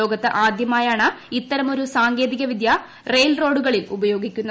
ലോകത്ത് ആദ്യമായാണ് ഇത്തരമൊരു സാങ്കേതിക വിദ്യ റെയിൽ റോഡുകളിൽ ഉപയോഗിക്കുന്നത്